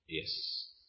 Yes